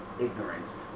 ignorance